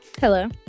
hello